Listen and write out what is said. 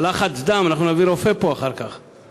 לחץ הדם, אנחנו נביא פה רופא אחר כך.